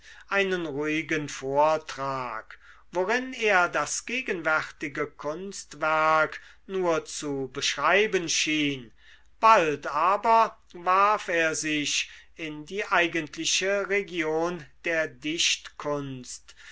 einen ruhigen vortrag worin er das gegenwärtige kunstwerk nur zu beschreiben schien bald aber warf er sich in die eigentliche region der dichtkunst